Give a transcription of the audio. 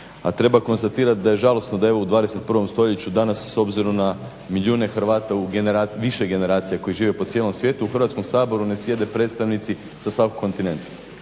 treba konstatirat da je žalosno da evo u 21. stoljeću danas s obzirom na milijune Hrvata više generacija koji žive po cijelom svijetu u Hrvatskom saboru ne sjede predstavnici sa svakog kontinenta.